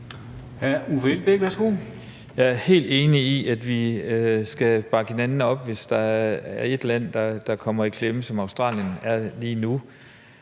Jeg er helt enig i, at vi skal bakke hinanden op, hvis der er et land, der kommer i klemme, som Australien er kommet